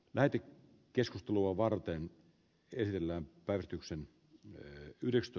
väki keskustelua varten esillä päivityksen toteuttaa